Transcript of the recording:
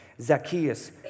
Zacchaeus